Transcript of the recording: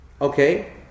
okay